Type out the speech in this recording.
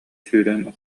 сүүрэн